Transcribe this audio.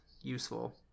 useful